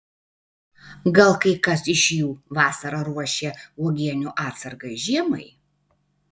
gal kai kas iš jų vasarą ruošia uogienių atsargas žiemai